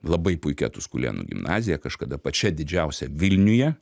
labai puikia tuskulėnų gimnazija kažkada pačia didžiausia vilniuje